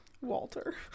Walter